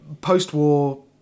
post-war